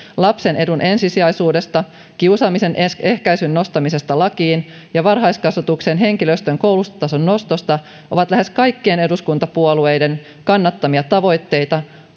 lapsen edun ensisijaisuudesta kiusaamisen ehkäisyn nostamisesta lakiin ja varhaiskasvatuksen henkilöstön koulutustason nostosta ovat lähes kaikkien eduskuntapuolueiden kannattamia tavoitteita